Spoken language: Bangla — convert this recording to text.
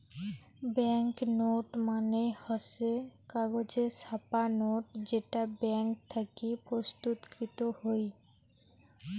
ব্যাঙ্ক নোট মানে হসে কাগজে ছাপা নোট যেটা ব্যাঙ্ক থাকি প্রস্তুতকৃত হই